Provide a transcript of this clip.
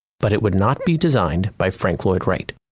but it would not be designed by frank lloyd wright.